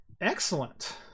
Excellent